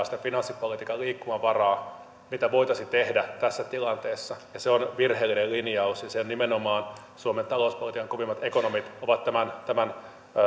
sitä finanssipolitiikan liikkumavaraa mitä voitaisiin tehdä tässä tilanteessa se on virheellinen linjaus ja nimenomaan suomen talouspolitiikan kovimmat ekonomit ovat tämän tämän